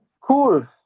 Cool